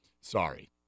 Sorry